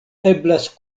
eblas